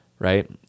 right